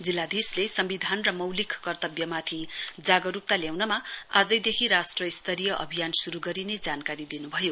जिल्लाधीशले सम्विधान मौलिक कर्तव्यमाथि जागरुकता ल्याउनमा आजैदेखि राष्ट्रस्तरीय अभियान शुरु गरिने जानकारी दिनुभयो